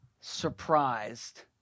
surprised